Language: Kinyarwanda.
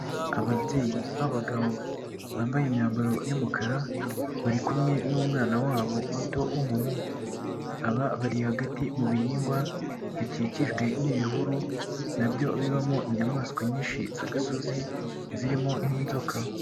Ababyeyi b'abagabo bambaye imyambaro y'umukara bari kumwe n'umwana wabo muto w'umuhungu, aba bari hagati mu bihingwa bikikijwe n'ibihuru nabyo bibamo inyamaswa nyinshi z'agasozi zirimo nk'inzoka.